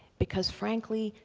because frankly,